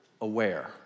Aware